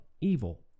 evil